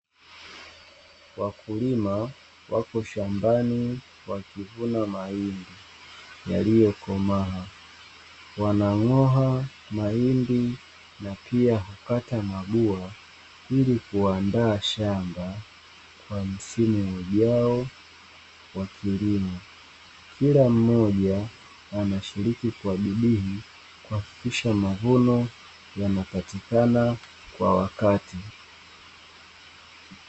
Wakulima wako shambani wakivuna mahindi yaliyokomaa wanang'oa mahindi na pia kukata mabua ili kuandaa shamba kwa msimu ujao wa kilimo. Kila mmoja anashiriki kwa bidii kuhakikisha mavuno yanapatikana kwa wakati